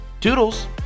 toodles